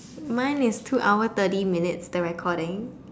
mine is two hour thirty minutes the recording